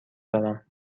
دارم